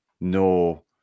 no